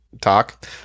talk